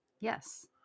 Yes